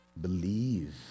Believe